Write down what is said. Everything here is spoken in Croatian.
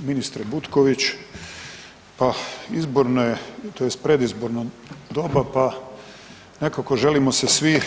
Ministre Butković, pa izborne tj. predizborno doba pa nekako želimo se svi